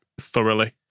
thoroughly